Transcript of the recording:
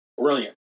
Brilliant